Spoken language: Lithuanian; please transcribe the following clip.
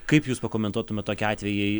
kaip jūs pakomentuotumėt tokie atvejai